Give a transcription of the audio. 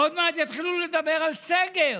עוד מעט יתחילו לדבר על סגר